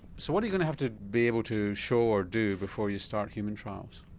so what are you going to have to be able to show or do before you start human trials?